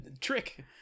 trick